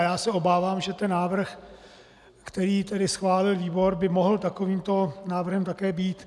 Já se obávám, že návrh, který schválil výbor, by mohl takovýmto návrhem také být.